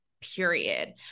period